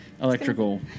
electrical